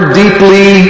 deeply